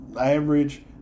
average